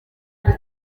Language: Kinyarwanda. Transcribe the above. buri